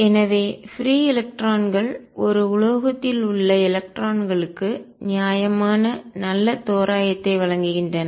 எனவே பிரீ எலக்ட்ரான்கள் ஒரு உலோகத்தில் உள்ள எலக்ட்ரான்களுக்கு நியாயமான நல்ல தோராயத்தை வழங்குகின்றன